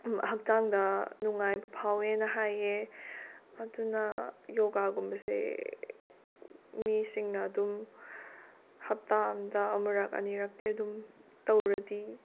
ꯍꯛꯆꯥꯡꯗ ꯅꯨꯡꯉꯥꯏꯕ ꯐꯥꯎꯋꯦꯅ ꯍꯥꯏꯌꯦ ꯑꯗꯨꯅ ꯌꯣꯒꯥꯒꯨꯝꯕꯁꯦ ꯃꯤꯁꯤꯡꯅ ꯑꯗꯨꯝ ꯍꯥꯞꯇꯥ ꯑꯃꯗ ꯑꯃꯨꯔꯛ ꯑꯅꯤꯔꯛꯇꯤ ꯑꯗꯨꯝ ꯇꯧꯔꯗꯤ